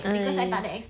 !aiya!